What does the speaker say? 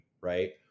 right